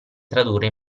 tradurre